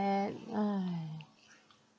and !hais!